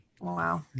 Wow